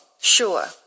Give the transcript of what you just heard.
sure